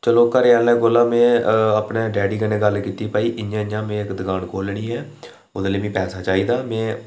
चलो घरै आह्ले कन्नै में अपने डैडी कन्नै गल्ल कीती की भई इं'या इं'या में इक्क दकान खोह्लनी ऐ ओह्दे लेई में पैसा चाहिदा में